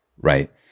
right